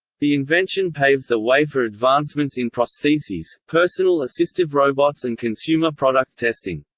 the invention paves the way for advancements in prostheses, personal assistive robots and consumer product testing.